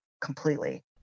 completely